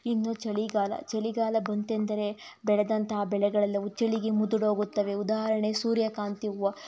ಇನ್ನು ಚಳಿಗಾಲ ಚಳಿಗಾಲ ಬಂತೆಂದರೆ ಬೆಳೆದಂತಹ ಬೆಳೆಗಳೆಲ್ಲವೂ ಚಳಿಗೆ ಮುದುಡೋಗುತ್ತವೆ ಉದಾಹರಣೆಗೆ ಸೂರ್ಯಕಾಂತಿ ಹೂವು